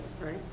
Right